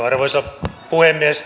arvoisa puhemies